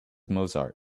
mozart